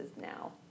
now